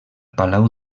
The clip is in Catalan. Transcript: palau